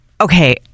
Okay